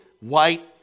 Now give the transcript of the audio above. white